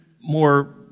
more